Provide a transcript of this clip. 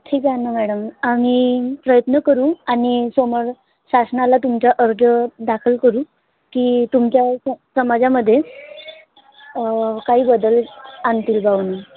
ठीक आहे ना मॅडम आम्ही प्रयत्न करू आणि समोर शासनाला तुमचा अर्ज दाखल करू की तुमच्या समाजामध्ये काही बदल आणतील बा म्हणून